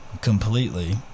completely